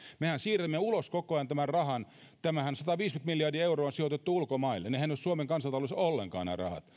mehän siirrämme ulos koko ajan tämän rahan tämä sataviisikymmentä miljardia euroahan on sijoitettu ulkomaille nämä rahathan eivät ole suomen kansantaloudessa ollenkaan